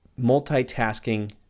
multitasking